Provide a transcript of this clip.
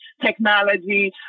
technology